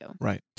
Right